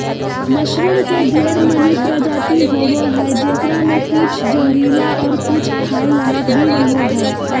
mushroom के ढेर मनी प्रजाति होवो हय जेकरा मे कुछ जहरीला और कुछ खाय लायक भी रहो हय